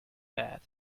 that